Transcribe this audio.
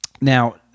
Now